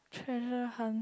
treasure hunt